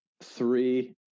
three